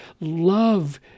love